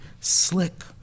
Slick